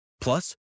Plus